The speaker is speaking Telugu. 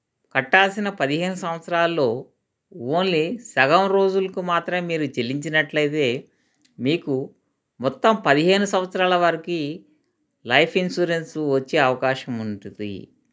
కట్టాల్సిన పదిహేను సంవత్సరాల్లో ఓన్లీ సగం రోజులుకు మాత్రమే మీరు చెల్లించినట్లయితే మీకు మొత్తం పదిహేను సంవత్సరాల వరకి లైఫ్ ఇన్సూరెన్సు వచ్చే అవకాశం ఉంటుంది